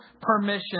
permission